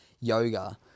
yoga